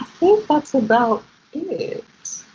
that's about it.